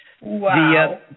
Wow